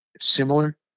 similar